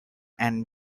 and